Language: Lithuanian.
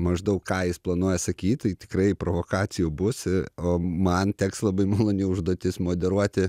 maždaug ką jis planuoja sakyt tai tikrai provokacijų bus o man teks labai maloni užduotis moderuoti